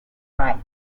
right